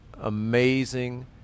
amazing